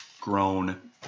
grown